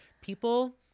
People